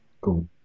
Cool